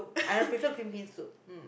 I'll prefer green bean soup mm